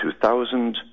2000